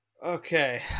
Okay